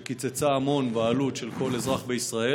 שקיצצה המון בעלות של כל אזרח בישראל,